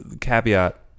caveat